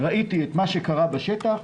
ראיתי את מה שקרה בשטח,